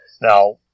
Now